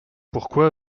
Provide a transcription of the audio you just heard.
pourquoi